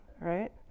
right